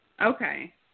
Okay